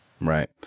Right